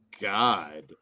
God